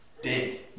dig